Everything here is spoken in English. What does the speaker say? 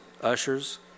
ushers